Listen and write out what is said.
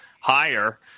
higher